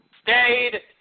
stayed